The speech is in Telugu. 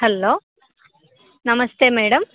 hello namaste madam